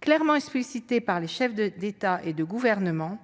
clairement explicitée par les chefs d'État et de gouvernement :